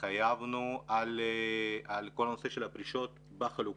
התחייבנו על כל נושא הפרישות בחלוקה,